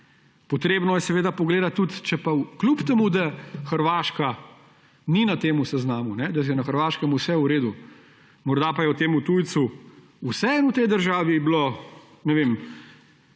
potrebno je seveda pogledati tudi, kljub temu da Hrvaške ni na tem seznamu, da je na Hrvaškem vse v redu, morda pa je temu tujcu vseeno v tej državi bila